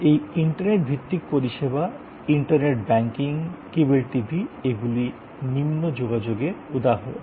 সুতরাং এই ইন্টারনেট ভিত্তিক পরিষেবা ইন্টারনেট ব্যাংকিং কেবল টি ভি এগুলি হল কম যোগাযোগের উদাহরণ